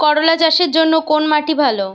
করলা চাষের জন্য কোন মাটি ভালো?